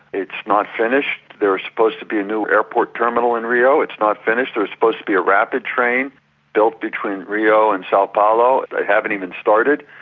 it's not finished. there was supposed to be a new airport terminal in rio. it's not finished. there was supposed to be a rapid train built between rio and sao paul. ah they haven't even started,